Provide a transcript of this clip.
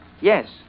Yes